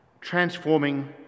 transforming